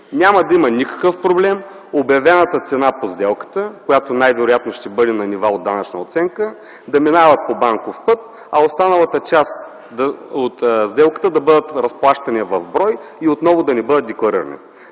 Няма да има никакъв проблем обявената цена по сделката, която най-вероятно ще бъде на нива от данъчна оценка, да минава по банков път, а останалата част от сделката да бъдe разплащана в брой и отново да не бъдат декларирани.